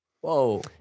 Whoa